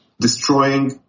destroying